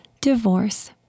divorce